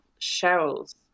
cheryl's